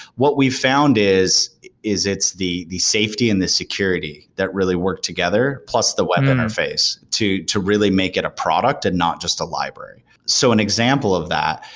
what we found is is it's the the safety and the security that really worked together, plus the web interface to to really make it a product and not just the library. so an example of that,